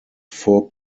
four